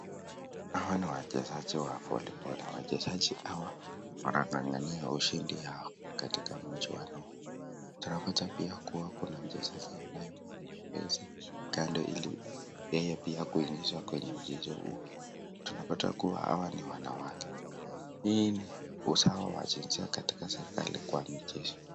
Hao ni wachezaji wa voliboli wachezaji hao wanang'ang'ania ushindi yao katika mji wa Nuhu. Tunapata pia kuwa kuna mchezaji anayefanya makezi kando ili yeye pia kuingizwa kwenye mchezo huu. Tunapata kuwa hawa ni wanawake. Hii ni usawa wa jinsia katika serikali kwa michezo.